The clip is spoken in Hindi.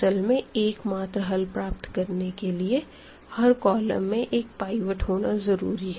असल में एकमात्र हल प्राप्त करने के लिए हर कॉलम में एक पाइवट होना जरूरी है